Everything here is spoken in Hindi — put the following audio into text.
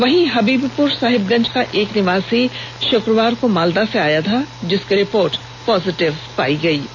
वहीं हबीबपुर साहिबगंज का एक निवासी शुक्रवार को मालदा से आया था जिसकी रिपोर्ट पॉजिटिव आई है